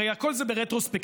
הרי הכול זה ברטרוספקטיבה,